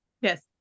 Yes